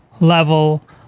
level